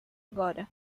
agora